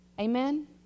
Amen